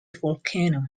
volcano